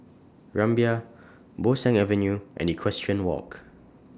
Rumbia Bo Seng Avenue and Equestrian Walk